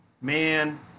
man